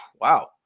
wow